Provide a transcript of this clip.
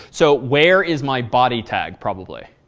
so where is my body tag probably?